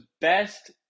best